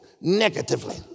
negatively